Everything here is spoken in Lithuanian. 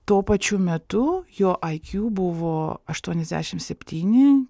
tuo pačiu metu jo aikių buvo aštuoniasdešim septyni